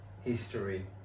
history